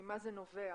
ממה זה נובע,